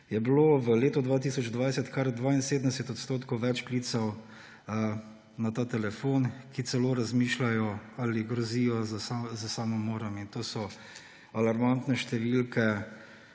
je bilo v letu 2020 kar 72 % več klicev na ta telefon, ko celo razmišljajo ali grozijo s samomorom. In to so alarmantne številke,